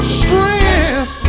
strength